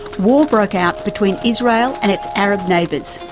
war broke out between israel and its arab neighbours,